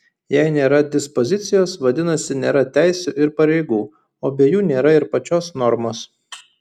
jei nėra dispozicijos vadinasi nėra teisių ir pareigų o be jų nėra ir pačios normos